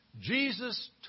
Jesus